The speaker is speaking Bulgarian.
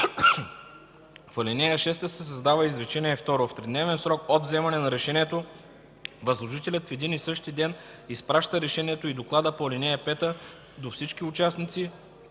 В ал. 6 се създава изречение второ: „В тридневен срок от вземане на решението възложителят в един и същи ден изпраща решението и доклада по ал. 5 до всички участници